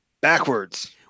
backwards